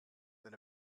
than